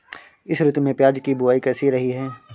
इस ऋतु में प्याज की बुआई कैसी रही है?